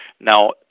Now